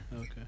okay